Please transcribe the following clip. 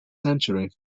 century